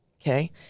okay